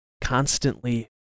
constantly